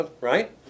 right